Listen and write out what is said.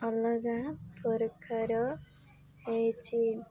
ଅଲଗା ପ୍ରକାର ହେଇଛି